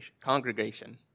congregation